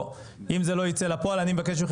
אם זה לא ייצא לפועל אני מבקש מכם